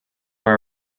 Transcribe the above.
are